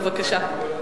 בבקשה.